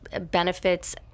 benefits